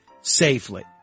safely